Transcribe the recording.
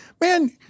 man